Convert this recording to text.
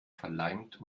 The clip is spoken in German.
verleimt